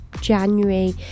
January